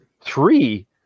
three